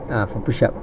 ah for push up